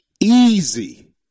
easy